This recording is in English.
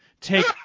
Take